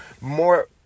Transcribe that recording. more